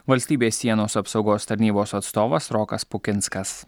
valstybės sienos apsaugos tarnybos atstovas rokas pukinskas